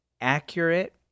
accurate